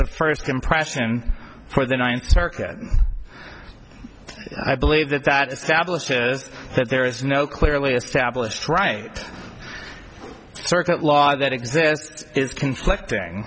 of first impression for the ninth circuit i believe that that establishes that there is no clearly established right circuit law that exists is conflicting